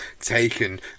taken